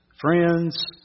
friends